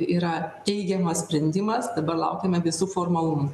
yra teigiamas sprendimas dabar laukiame visų formalumų